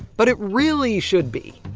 but it really should be,